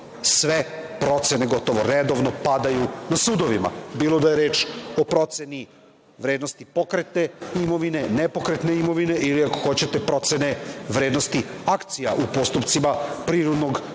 sve procene gotovo redovno padaju na sudovima, bilo da je reč o proceni vrednosti pokretne imovine, nepokretne imovine ili, ako hoćete, procene vrednosti akcija u postupcima otkupa